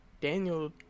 Daniel